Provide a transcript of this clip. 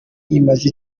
imaze